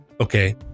okay